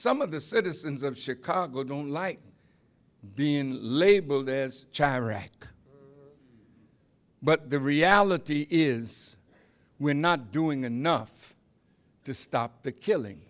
some of the citizens of chicago don't like being labeled as charity but the reality is we're not doing enough to stop the killing